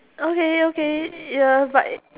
okay okay ya but